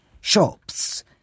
shops